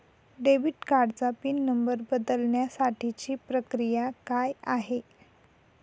Debit कार्डचा PIN number बदलण्यासाठीची प्रक्रिया काय आहे?